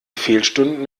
fehlstunden